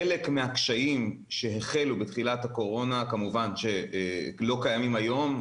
חלק מהקשיים שהחלו בתחילת הקורונה כמובן שלא קיימים היום,